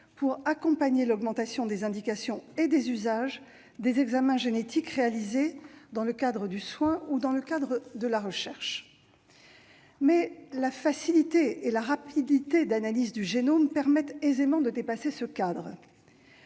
pour accompagner l'augmentation des indications et des usages des examens génétiques réalisés dans le cadre du soin ou dans le cadre de la recherche. Mais la facilité et la rapidité d'analyse du génome permettent aisément de dépasser ce cadre.